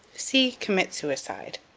see commit suicide.